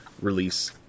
release